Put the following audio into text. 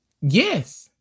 Yes